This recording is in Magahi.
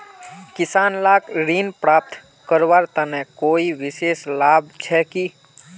किसान लाक ऋण प्राप्त करवार तने कोई विशेष लाभ छे कि?